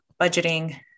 budgeting